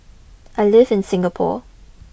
I live in Singapore